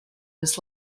was